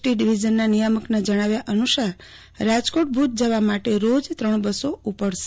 T ડિવિઝનના નિયામકના જણાવ્યા અનુસારરાજકોટ ભુજ જવા માટે રોજ ત્રણ બસો ઉપડશે